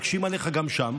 מקשים עליך גם שם,